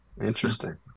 Interesting